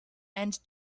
and